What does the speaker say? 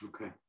Okay